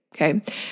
okay